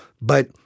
But-